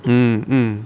mm